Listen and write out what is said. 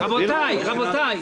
--- רבותיי, רבותיי.